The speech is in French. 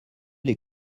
les